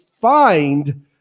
find